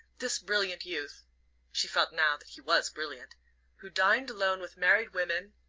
this brilliant youth she felt now that he was brilliant who dined alone with married women,